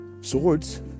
swords